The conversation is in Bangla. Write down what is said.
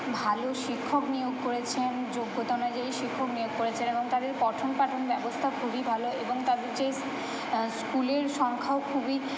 ভালো শিক্ষক নিয়োগ করেছেন যোগ্যতা অনুযায়ী শিক্ষক নিয়োগ করেছেন এবং তাদের পঠন পাঠন ব্যবস্থা খুবই ভালো এবং তাদের যে স্কুলের সংখ্যাও খুবই